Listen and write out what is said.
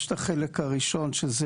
יש את החלק הראשון שזה